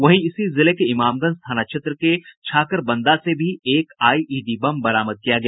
वहीं इसी जिले के इमामगंज थाना क्षेत्र के छाकरबंदा से भी एक आईईडी बम बरामद किया गया